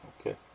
Okay